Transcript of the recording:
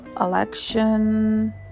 election